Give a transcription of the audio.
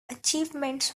achievements